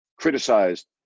criticized